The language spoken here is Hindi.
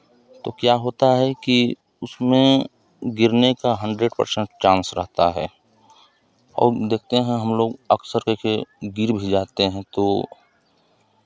तो क्या होता है कि उसमें गिरने का हण्ड्रेड परसेंट चांस रहता है और देखते हैं हमलोग अक्सर कैसे गिर भी जाते हैं तो